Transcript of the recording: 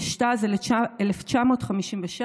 התשט"ז 1956,